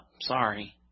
Sorry